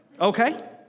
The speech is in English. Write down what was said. Okay